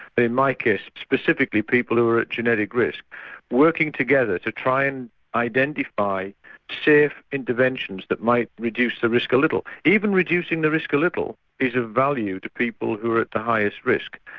my case specifically people who are at genetic risk working together to try and identify safe interventions that might reduce the risk a little. even reducing the risk a little is of value to people who are at the highest risk.